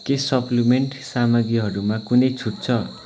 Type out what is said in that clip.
के सप्लिमेन्ट सामग्रीहरूमा कुनै छुट छ